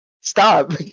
Stop